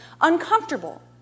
uncomfortable